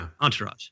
Entourage